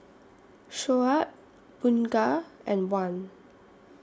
Shoaib Bunga and Wan